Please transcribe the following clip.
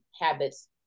habits